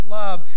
love